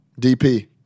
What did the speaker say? DP